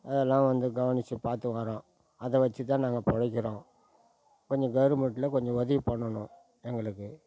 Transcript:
அதெல்லாம் வந்து கவனிச்சு பார்த்து வரோம் அதை வெச்சு தான் நாங்கள் பிழைக்கிறோம் கொஞ்சம் கவுர்மெண்ட்டில் கொஞ்சம் உதவி பண்ணணும் எங்களுக்கு